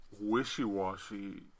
wishy-washy